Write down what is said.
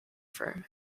firm